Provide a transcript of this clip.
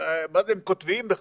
הם קוטביים בכלל.